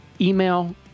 email